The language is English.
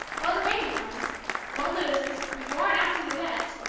well, the baby comes one loses, before and after the event,